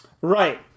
Right